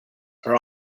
are